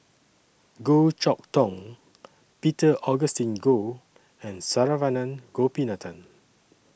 Goh Chok Tong Peter Augustine Goh and Saravanan Gopinathan